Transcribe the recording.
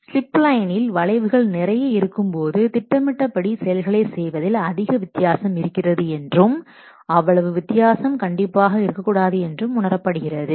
slip லைனில் வளைவுகள் நிறைய இருக்கும்போது திட்டமிட்டபடி செயல்களை செய்வதில் அதிக வித்தியாசம் இருக்கிறது என்றும் அவ்வளவு வித்தியாசம் கண்டிப்பாக இருக்கக்கூடாது என்றும் உணரப்படுகிறது